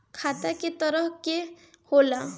खाता क तरह के होला?